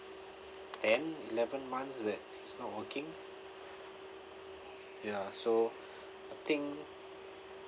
ten eleven months that he's not working ya so I think